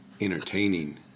entertaining